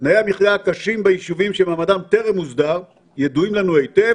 "תנאי המחיה הקשים ביישובים שמעמדם טרם הוסדר ידועים לנו היטב,